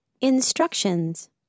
Instructions